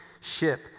ship